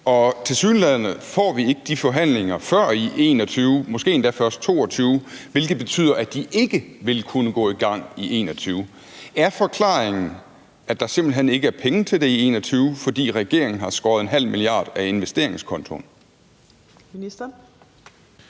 og tilsyneladende får vi ikke de forhandlinger før i 2021, måske endda først i 2022, hvilket betyder, at projekterne ikke vil kunne gå i gang i 2021. Er forklaringen, at der simpelt hen ikke er penge til det i 2021, fordi regeringen har skåret 0,5 mia. kr. af investeringskontoen? Kl.